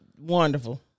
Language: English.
Wonderful